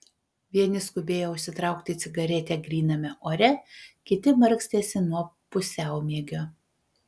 vieni skubėjo užsitraukti cigaretę gryname ore kiti markstėsi nuo pusiaumiegio